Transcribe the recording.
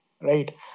right